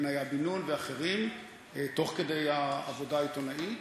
בניה בן-נון ואחרים, תוך כדי העבודה העיתונאית.